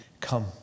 come